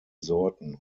sorten